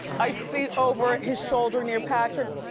i see over his shoulder near patrick,